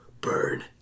Burn